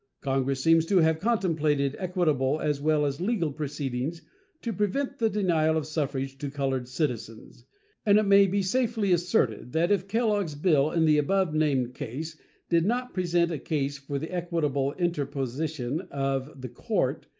congress seems to have contemplated equitable as well as legal proceedings to prevent the denial of suffrage to colored citizens and it may be safely asserted that if kellogg's bill in the above-named case did not present a case for the equitable interposition of the court,